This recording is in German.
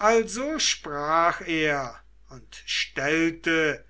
also sprach er und stellte